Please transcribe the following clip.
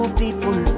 people